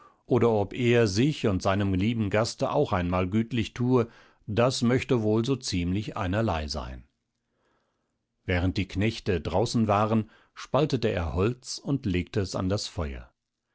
oder ob er sich und seinem lieben gaste auch einmal gütlich thue das möchte wohl so ziemlich einerlei sein während die knechte draußen waren spaltete er holz und legte es an das feuer